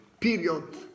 period